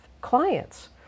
clients